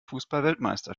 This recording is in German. fußballweltmeister